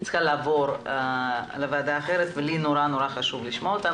צריכה לעבור לוועדה אחרת ולי מאוד חשוב לשמוע אותה.